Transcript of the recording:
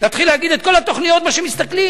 להתחיל להגיד את כל התוכניות, מה שמסתכלים?